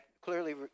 clearly